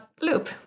Loop